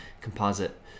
composite